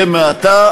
ממשלה.